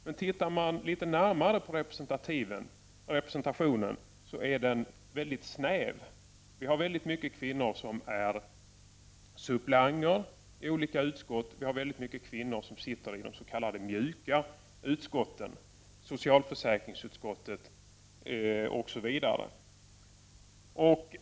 Men tittar man litet närmare på representationen så är den väldigt snäv. Vi har väldigt mycket kvinnor som är suppleanter i olika utskott. Vi har väldigt mycket kvinnor som sitter i de s.k. mjuka utskotten, socialförsäkringsutskottet osv.